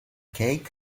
cake